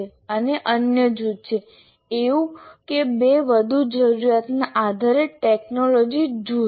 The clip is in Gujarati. અને અન્ય જૂથ છે એક કે બે વધુ જરૂરિયાતના આધારે ટેકનોલોજી જૂથ